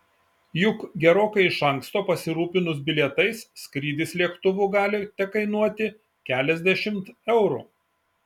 juk gerokai iš anksto pasirūpinus bilietais skrydis lėktuvu gali tekainuoti keliasdešimt eurų